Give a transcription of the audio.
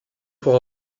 fort